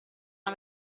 una